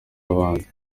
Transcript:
abandi